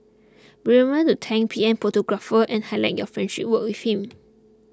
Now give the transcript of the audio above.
remember to tank PM's photographer and highlight your friendship with him